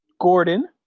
Gordon